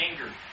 anger